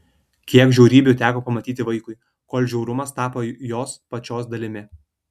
kiek žiaurybių teko pamatyti vaikui kol žiaurumas tapo jos pačios dalimi